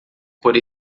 por